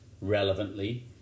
relevantly